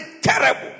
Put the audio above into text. terrible